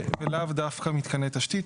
ולאו דווקא מתקני תשתית,